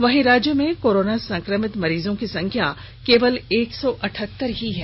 वहीं राज्य में कोरोना संक्रमित मरीजों की संख्या केवल एक सौ अट्हत्तर ही है